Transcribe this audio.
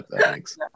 Thanks